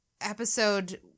episode